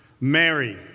Mary